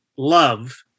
Love